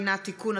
הגבלת פעילות) (תיקון מס' 3) (תיקון),